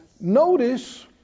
Notice